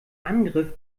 angriff